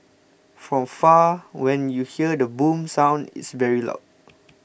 from far when you hear the boom sound it's very loud